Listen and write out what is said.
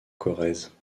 corrèze